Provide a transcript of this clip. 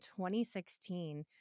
2016